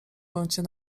kącie